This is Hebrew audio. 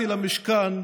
גברתי השרה,